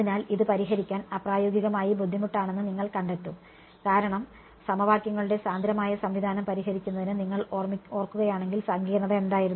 അതിനാൽ ഇത് പരിഹരിക്കാൻ അപ്രായോഗികമായി ബുദ്ധിമുട്ടാണെന്ന് നിങ്ങൾ കണ്ടെത്തും കാരണം സമവാക്യങ്ങളുടെ സാന്ദ്രമായ സംവിധാനം പരിഹരിക്കുന്നതിന് നിങ്ങൾ ഓർക്കുകയാണെങ്കിൽ സങ്കീർണ്ണത എന്തായിരുന്നു